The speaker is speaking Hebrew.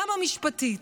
גם המשפטי.